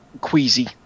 queasy